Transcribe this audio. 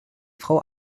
frau